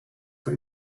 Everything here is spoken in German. für